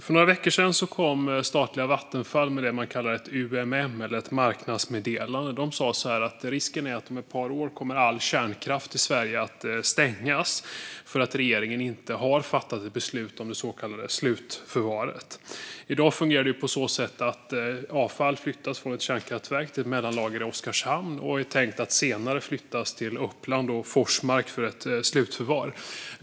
För några veckor sedan kom statliga Vattenfall med det man kallar ett UMM eller marknadsmeddelande. De säger att risken är att om ett par år kommer all kärnkraft i Sverige att stängas för att regeringen inte har fattat ett beslut om det så kallade slutförvaret. I dag fungerar det på så sätt att avfall flyttas från ett kärnkraftverk till ett mellanlager i Oskarshamn och är tänkt att senare flyttas till Forsmark i Uppland för slutförvar.